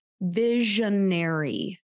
visionary